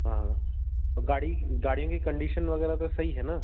हाँ हाँ तो गाड़ी गाड़ी की कंडीशन वगैरह तो सही है ना